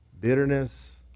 bitterness